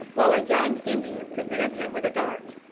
while a young indian presented him with a dart.